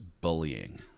bullying